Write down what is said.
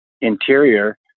interior